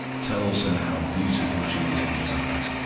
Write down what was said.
tells her how beautiful she is in his eyes,